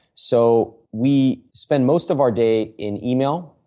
so, we spend most of our day in email,